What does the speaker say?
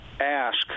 ask